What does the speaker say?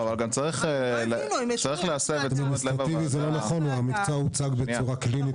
לדעתי זה לא נכון, המקצוע הוצג בצורה קלינית.